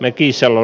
mäkisalo